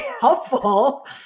helpful